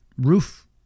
Roof